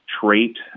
trait